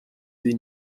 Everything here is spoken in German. sie